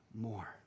more